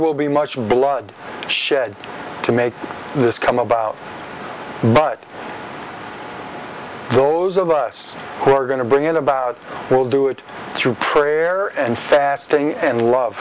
will be much blood shed to make this come about but those of us who are going to bring it about will do it through prayer and fasting and love